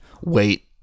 wait